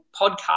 podcast